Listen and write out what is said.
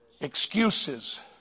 Excuses